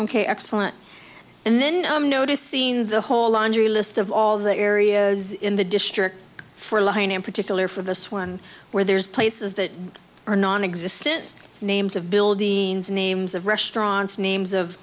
ok excellent and then noticed seen the whole laundry list of all the areas in the district for line in particular for this one where there's places that are nonexistent names of build the names of restaurants names of